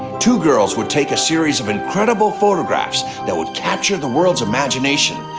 two girls would take a series of incredible photographs that would capture the world's imagination,